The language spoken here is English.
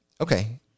okay